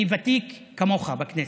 אני ותיק כמוך בכנסת.